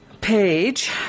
page